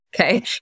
okay